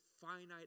finite